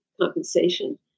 compensation